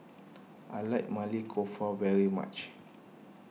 I like Maili Kofta very much